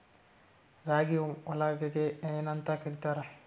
ರಾಗಿ ಮೊಳಕೆಗೆ ಏನ್ಯಾಂತ ಕರಿತಾರ?